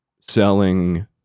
selling